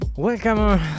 Welcome